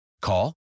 Call